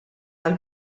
għal